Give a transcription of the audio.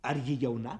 ar ji jauna